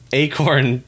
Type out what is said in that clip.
acorn